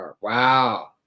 Wow